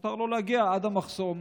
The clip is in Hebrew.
שמותר לו להגיע עד המחסום.